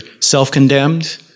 self-condemned